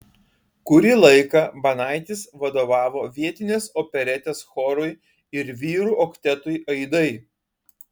kurį laiką banaitis vadovavo vietinės operetės chorui ir vyrų oktetui aidai